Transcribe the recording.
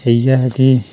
इ'यै ऐ कि